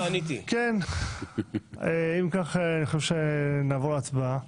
אם כך, אני חושב שנעבור להצבעה.